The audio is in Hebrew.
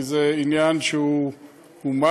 כי זה עניין הומני,